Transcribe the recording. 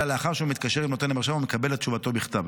אלא לאחר שהוא מתקשר עם נותן המרשם ומקבל את תשובתו בכתב.